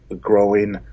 growing